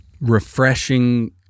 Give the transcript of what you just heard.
refreshing